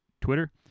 Twitter